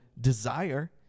desire